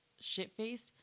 shit-faced